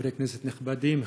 חברי כנסת נכבדים,